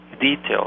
details